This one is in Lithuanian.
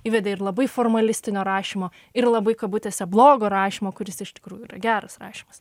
įvedė ir labai formalistinio rašymo ir labai kabutėse blogo rašymo kuris iš tikrųjų geras rašymas